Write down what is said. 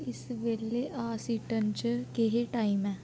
इस बेल्लै ऑस्टिन च केह् टाइम ऐ